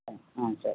thanks ஆ சரி